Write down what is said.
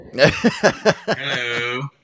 Hello